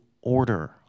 order